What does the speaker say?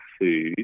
food